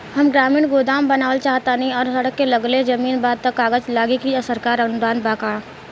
हम ग्रामीण गोदाम बनावल चाहतानी और सड़क से लगले जमीन बा त का कागज लागी आ सरकारी अनुदान बा का?